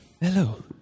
Hello